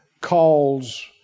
calls